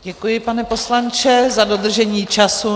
Děkuji, pane poslanče, za dodržení času.